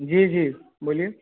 जी जी बोलिए